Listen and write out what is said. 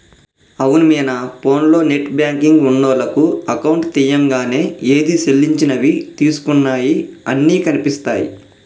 అవును మీనా ఫోన్లో నెట్ బ్యాంకింగ్ ఉన్నోళ్లకు అకౌంట్ తీయంగానే ఏది సెల్లించినవి తీసుకున్నయి అన్ని కనిపిస్తాయి